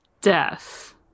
death